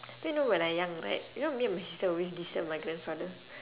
then you know when I young right you know me and my sister always disturb my grandfather